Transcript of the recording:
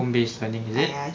home based learning is it